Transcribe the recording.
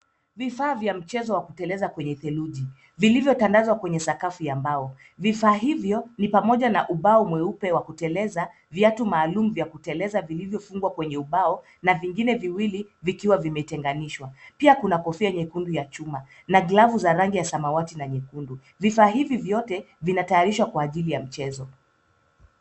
Vifaa vya mchezo wa kuteleza kweye theluji vilivyotandazwa kwenye sakafu ya mbao. Vifaa hivyo ni pamoja na ubao mweupe wa kuteleza, viatu maalum vya kuteleza vilivyo fungwa kwenye ubao na vingine viwili vikiwa vimetenganishwa. Pia kuna kofia nyekundu ya chuma na glavu za rangi ya samawati na nyekundu. Vifaa hivi vyote, vinatayarishwa kwa ajili ya mchezo.